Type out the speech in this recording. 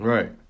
Right